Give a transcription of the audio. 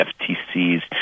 FTCs